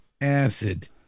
acid